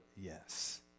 yes